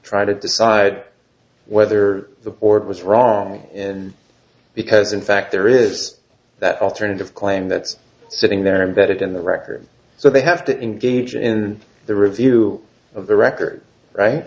g to decide whether the board was wrong and because in fact there is that alternative claim that's sitting there and that it in the record so they have to engage in the review of the record right